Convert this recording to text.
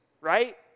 right